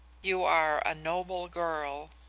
you are a noble girl